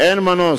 אין מנוס.